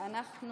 אנחנו